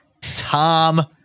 Tom